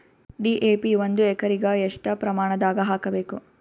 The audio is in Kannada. ಡಿ.ಎ.ಪಿ ಒಂದು ಎಕರಿಗ ಎಷ್ಟ ಪ್ರಮಾಣದಾಗ ಹಾಕಬೇಕು?